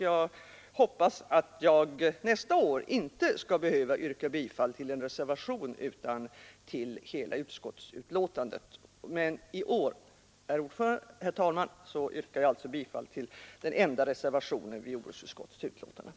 Jag hoppas att jag nästa år inte skall behöva yrka bifall till en reservation utan till utskottets hemställan. I år, herr talman, yrkar jag alltså bifall till den enda reservationen till jordbruksutskottets betänkande.